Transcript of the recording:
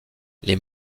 les